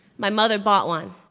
my mother bought one